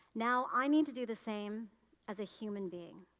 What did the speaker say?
now i need to do the same as a human being.